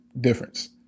Difference